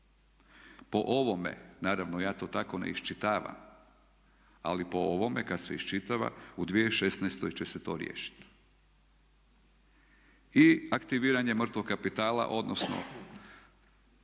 po ovome, naravno ja to tako ne iščitavam ali po ovome kad se iščitava u 2016. će se to riješiti. I aktiviranje mrtvog kapitala odnosno